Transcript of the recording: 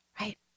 Right